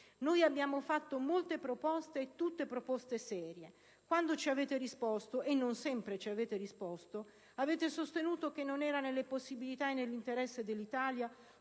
Noi abbiamo fatto molte proposte, e tutte proposte serie; quando ci avete risposto - e non sempre ci avete risposto - avete sostenuto che non era nelle possibilità e nell'interesse dell'Italia